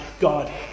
God